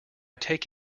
take